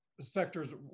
sectors